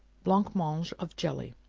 blancmange of jelly.